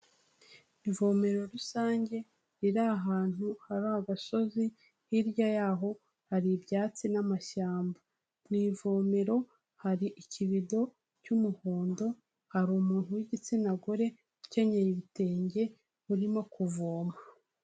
Ivomero rusange, riri ahantu hari agasozi, hirya yaho hari ibyatsi n'amashyamba. Mu ivomero, hari ikibido cy'umuhondo, hari umuntu w'igitsina gore, ukenyeye ibitenge, urimo kuvoma.